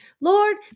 Lord